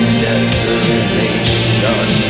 desolation